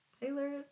Taylor